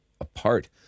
apart